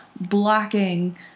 blocking